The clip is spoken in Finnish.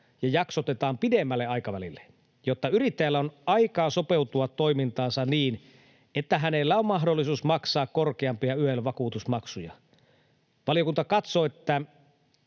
ja jaksotetaan pidemmälle aikavälille, jotta yrittäjällä on aikaa sopeuttaa toimintaansa niin, että hänellä on mahdollisuus maksaa korkeampia YEL-vakuutusmaksuja. Valiokunta katsoo, että